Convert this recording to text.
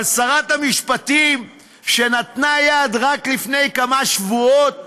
אבל שרת המשפטים, שנתנה יד רק לפני כמה שבועות